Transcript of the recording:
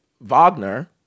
Wagner